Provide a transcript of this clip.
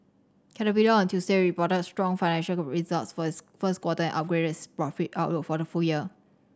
caterpillar on Tuesday reported strong financial results for its first quarter and upgraded its profit outlook for the full year